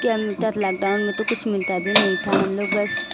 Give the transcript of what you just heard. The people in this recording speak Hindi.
क्या मिलता था लॉकडाउन में तो कुछ मिलता भी नहीं था हम लोग बस